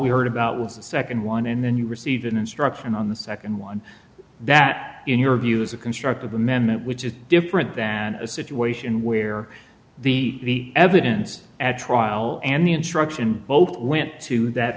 we heard about was the second one and then you received an instruction on the second one that in your view is a constructive amendment which is different than a situation where the evidence at trial and the instruction both went to that